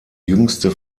jüngste